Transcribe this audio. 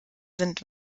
sind